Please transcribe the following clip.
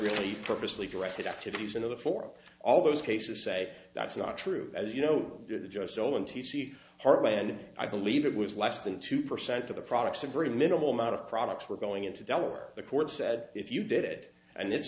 really purposely directed activities into the for all those cases say that's not true as you know just so in t c heartland i believe it was less than two percent of the products a very minimal amount of products were going into dell or the court said if you did it and it